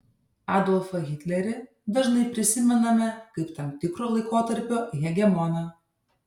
adolfą hitlerį dažnai prisimename kaip tam tikro laikotarpio hegemoną